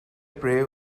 prey